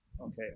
Okay